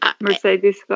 Mercedes